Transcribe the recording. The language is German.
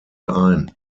ein